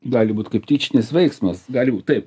gali būt kaip tyčinis veiksmas gali būt taip